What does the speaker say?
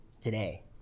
today